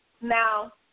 now